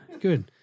Good